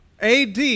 AD